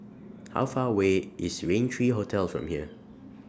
How Far away IS Rain three Hotel from here